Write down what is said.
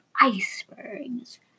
icebergs